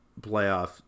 playoff